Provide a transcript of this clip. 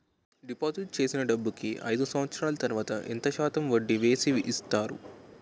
Deposit చేసిన డబ్బుకి అయిదు సంవత్సరాల తర్వాత ఎంత శాతం వడ్డీ వేసి ఇస్తారు?